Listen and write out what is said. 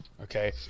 okay